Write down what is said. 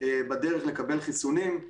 בדרך לקבל חיסונים,